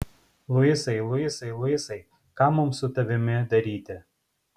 luisai luisai luisai ką mums su tavimi daryti